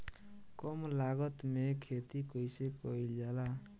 कम लागत में खेती कइसे कइल जाला?